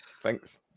Thanks